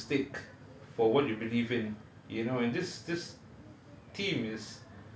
to basically put your life on the stake for what you believe in you know and this this